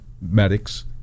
medics